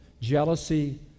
jealousy